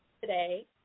today